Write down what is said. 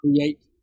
create